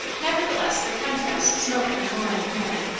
nevertheless, the contrast smote her more and more,